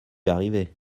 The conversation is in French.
arrivait